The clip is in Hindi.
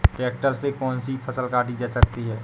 ट्रैक्टर से कौन सी फसल काटी जा सकती हैं?